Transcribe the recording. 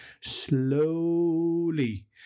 Slowly